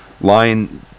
line